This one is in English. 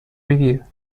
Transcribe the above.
review